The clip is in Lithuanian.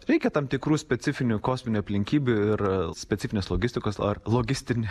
reikia tam tikrų specifinių kosminių aplinkybių ir specifinės logistikos ar logistinį